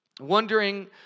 wondering